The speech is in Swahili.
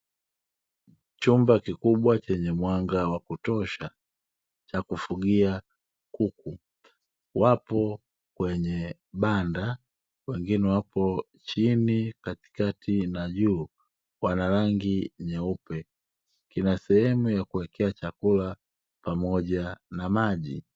Chombo kikubwa chenye mwanga wa kutosha, cha kufugia kuku, wapo kwenye banda wengine wako chini, katikati, na juu, wana rangi nyeupe kuna sehemu ya kuwekea chakula pamoja na maji.